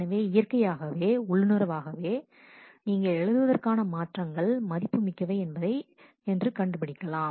எனவே இயற்கையாகவே உள்ளுணர்வாகவே நீங்கள் எழுதுவதற்கான மாற்றங்கள் மதிப்பு மிக்கவை என்பதை என்று கண்டுபிடிக்கலாம்